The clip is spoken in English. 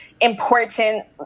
important